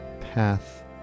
path